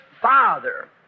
father